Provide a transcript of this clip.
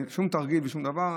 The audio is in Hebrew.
שום תרגיל ושום דבר,